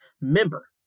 member